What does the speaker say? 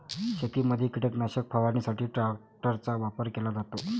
शेतीमध्ये कीटकनाशक फवारणीसाठी ट्रॅक्टरचा वापर केला जातो